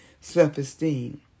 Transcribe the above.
self-esteem